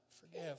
forgive